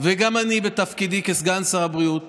וגם אני בתפקידי כסגן שר הבריאות